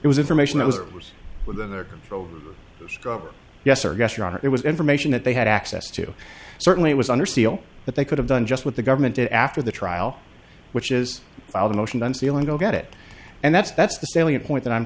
it was information that was or was within their control yes or yes your honor it was information that they had access to certainly it was under seal that they could have done just what the government did after the trial which is filed a motion unsealing go get it and that's that's the salient point that i'm